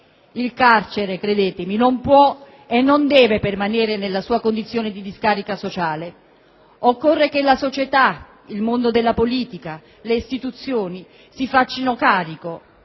Il carcere, credetemi, non può e non deve permanere nella sua condizione di discarica sociale. Occorre che la società, il mondo della politica, le istituzioni si facciano carico,